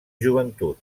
joventut